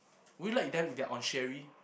would you like them if they're on Sherry